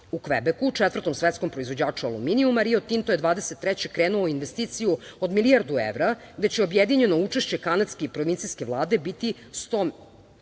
U Kvebeku, 4. svetskom proizvođaču aluminijuma, Rio Tinto je 2023. godine krenuo u investiciju od milijardu evra gde će objedinjeno učešće kanadske provincijske Vlade biti 100 miliona